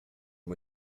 uma